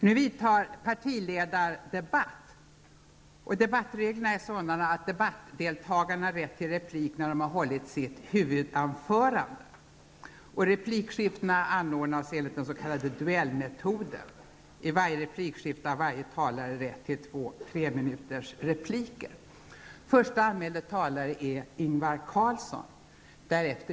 Nu vidtar partiledardebatt. Debattreglerna är sådana att debattdeltagarna har rätt till replik när de har hållit sitt huvudanförande. Replikskiftena anordnas enligt den s.k. duellmetoden. I varje replikskifte har varje talare rätt till två treminutersrepliker.